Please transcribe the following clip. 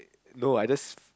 no I just